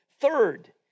Third